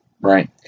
Right